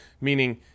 meaning